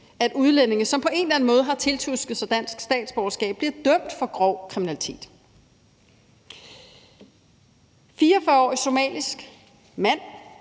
at udlændinge, som på en eller anden måde har tiltusket sig dansk statsborgerskab, bliver dømt for grov kriminalitet. Et eksempel: En 44-årig somalisk mand